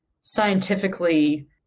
scientifically